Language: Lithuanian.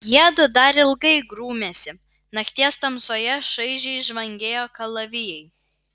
jiedu dar ilgai grūmėsi nakties tamsoje šaižiai žvangėjo kalavijai